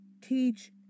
teach